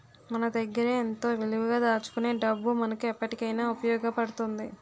మన దగ్గరే ఎంతో విలువగా దాచుకునే డబ్బు మనకు ఎప్పటికైన ఉపయోగపడుతుంది